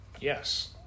Yes